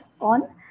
on